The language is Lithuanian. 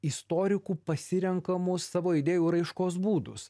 istorikų pasirenkamų savo idėjų raiškos būdus